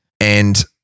And-